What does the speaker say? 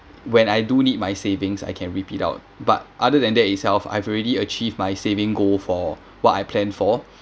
when I do need my savings I can reap it out but other than that itself I've already achieved my saving goal for what I plan for